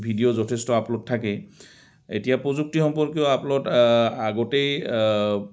video যথেষ্ট upload থাকে এতিয়া প্ৰযুক্তি সম্পৰ্কীয় আপলোড আগতেই